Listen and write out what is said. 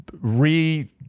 re